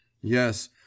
Yes